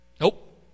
Nope